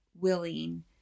willing